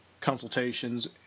consultations